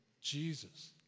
Jesus